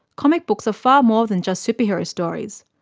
comic books are far more than just superhero stories.